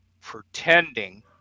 pretending